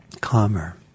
calmer